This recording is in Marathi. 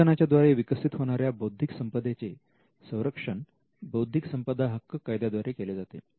संशोधनाच्या द्वारे विकसित होणाऱ्या बौद्धिक संपदेचे संरक्षण बौद्धिक संपदा हक्क कायदा द्वारा केले जाते